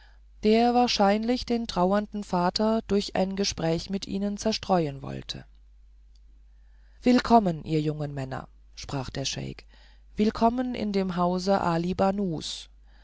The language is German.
der wahrscheinlich den trauernden vater durch ein gespräch mit ihnen zerstreuen wollte willkommen ihr jungen männer sprach der scheik willkommen in dem hause ali banus